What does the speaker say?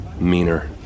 meaner